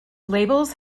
labels